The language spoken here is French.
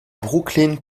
brooklyn